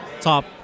top